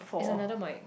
it's another mic